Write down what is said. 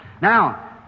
Now